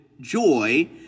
joy